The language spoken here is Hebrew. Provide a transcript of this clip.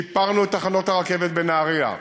שיפרנו את תחנות הרכבת בנהריה.